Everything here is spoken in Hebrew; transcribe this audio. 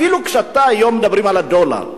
אפילו כשאתה היום, מדברים על הדולר,